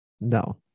No